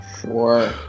Sure